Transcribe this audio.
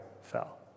fell